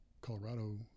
Colorado